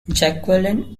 jacqueline